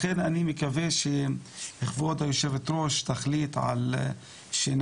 לכן אני מקווה שכבוד היושבת ראש תחליט שנמליץ